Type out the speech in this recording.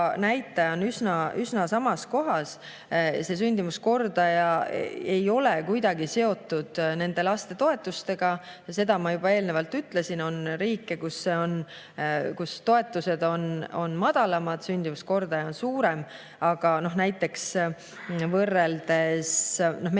näitaja on üsna samas kohas. Sündimuskordaja ei ole kuidagi seotud lastetoetustega. Seda ma juba eelnevalt ütlesin, et on riike, kus toetused on madalamad, aga sündimuskordaja on suurem. Kui võrrelda,